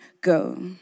go